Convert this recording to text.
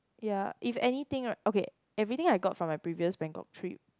ya if anything right okay everything I got from my previous Bangkok trip